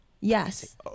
Yes